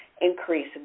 increase